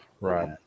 Right